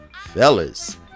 fellas